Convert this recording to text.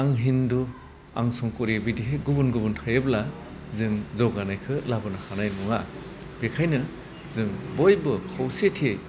आं हिन्दु आं संख्करे बिदिहाय गुुबुन गुबुन थायोब्ला जों जौगानायखौ लाबोनो हानाय नङा बेखायनो जों बयबो खौसेथियै